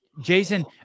jason